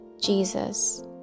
Jesus